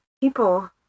people